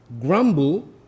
grumble